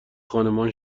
خانمان